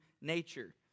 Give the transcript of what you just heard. nature